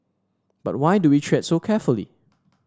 but why do we tread so carefully